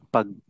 Pag